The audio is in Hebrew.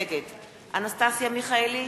נגד אנסטסיה מיכאלי,